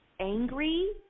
angry